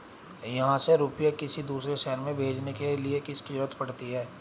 यहाँ से रुपये किसी दूसरे शहर में भेजने के लिए किसकी जरूरत पड़ती है?